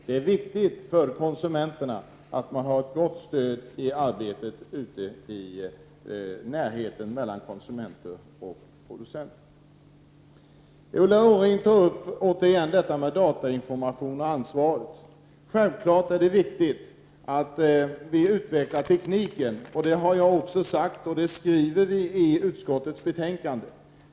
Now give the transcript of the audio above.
Det är viktigt för konsumenterna att konsumentverket har ett gott stöd i sitt lokala arbete nära konsumenter och producenter. Ulla Orring tog återigen upp frågan om ansvaret för datainformationen. Självfallet är det viktigt att vi utvecklar tekniken. Det har jag också sagt här, och det skriver vi i utskottsbetänkandet.